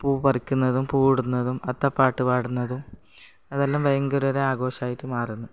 പൂ പറിക്കുന്നതും പൂവിടുന്നതും അത്തപ്പാട്ട് പാടുന്നതും അതെല്ലാം ഭയങ്കര ഒര് ആഘോഷമായിട്ടു മാറുന്നു